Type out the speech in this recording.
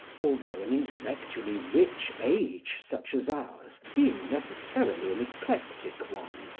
although, an intellectually rich age such as ours being necessarily an eclectic one,